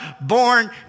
born